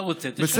אתה רוצה, תשנה.